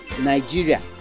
Nigeria